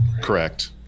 Correct